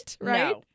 right